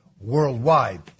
worldwide